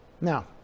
Now